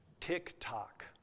TikTok